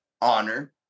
honor